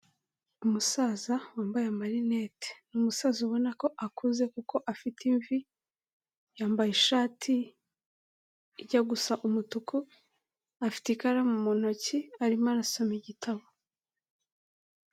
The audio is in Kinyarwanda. Umusaza wambaye amarinete, ni umusaza ubona ko akuze kuko afite imvi, yambaye ishati ijya gusa umutuku, afite ikaramu mu ntoki, arimo arasoma igitabo.